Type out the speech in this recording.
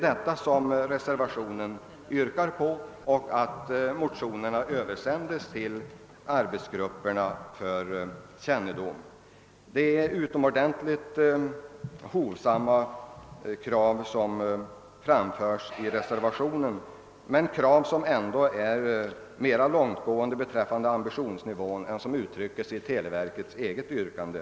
Det är utomordentligt hovsamma krav som framförs i reservationen, men dessa krav ligger ändå på en högre ambitionsnivå än televerkets eget yttrande.